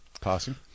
passing